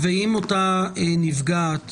אם אותה נפגעת